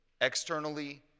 externally